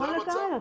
נכון לעכשיו.